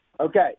Okay